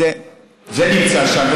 זה נמצא שם.